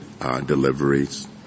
deliveries